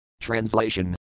Translation